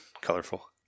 colorful